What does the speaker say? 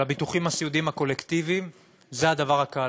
הביטוחים הסיעודיים הקולקטיביים זה הדבר הקל,